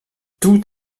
tout